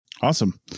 Awesome